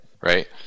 Right